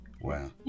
Wow